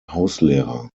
hauslehrer